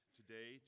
today